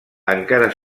encara